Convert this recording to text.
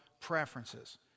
preferences